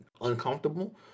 uncomfortable